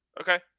Okay